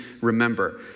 remember